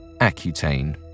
Accutane